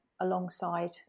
alongside